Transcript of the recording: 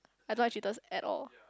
I don't like cheaters at all